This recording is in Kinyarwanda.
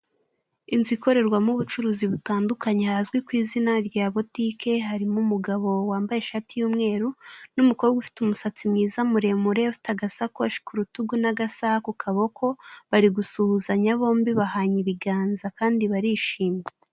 Inzu ikorerwamo ubucuruzi butandukanye hazwi ku izina rya botike. Harimo umugabo wambaye ishati yumweru, numukobwa ufite umusatsi mwiza muremure, ufite agasakoshi ku rutugu n’agasa ku kaboko. Bari gusuhuzanya bombi, bahanye ibiganza, kandi barishima